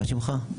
מה שמך?